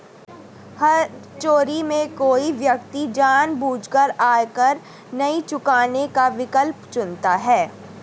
कर चोरी में कोई व्यक्ति जानबूझकर आयकर नहीं चुकाने का विकल्प चुनता है